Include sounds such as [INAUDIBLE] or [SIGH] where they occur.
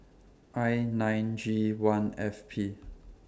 I nine G one F P [NOISE]